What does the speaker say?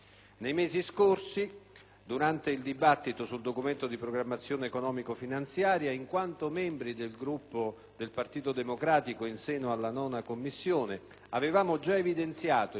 durante il dibattito sul Documento di programmazione economico-finanziaria, in quanto membri del Gruppo del Partito Democratico in seno alla 9a Commissione, avevamo già evidenziato, i miei colleghi ed io,